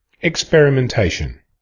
Experimentation